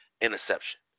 interception